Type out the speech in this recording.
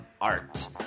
art